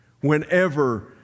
whenever